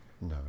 No